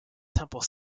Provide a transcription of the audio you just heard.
temple